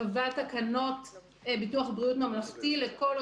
נקבעו גם תקנות ביטוח בריאות ממלכתי שקובעות מתן זכויות ביטוח בריאות